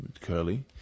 curly